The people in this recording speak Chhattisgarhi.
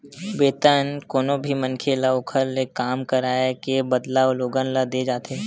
वेतन कोनो भी मनखे ल ओखर ले काम कराए के बदला लोगन ल देय जाथे